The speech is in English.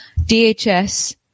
DHS